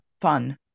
fun